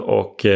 och